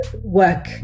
work